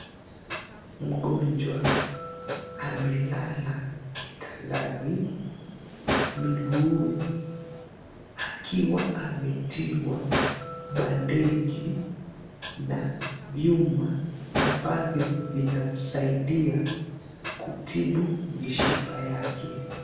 Mgonjwa amelala kitandani. Miguuni, akiwa ametiwa bandeji na vyuma ambavyo vinamsaidia kutibu mishipa yake.